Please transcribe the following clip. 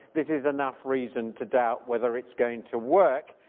this is enough reason to doubt whether it's going to work,